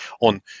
on